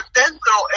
dentro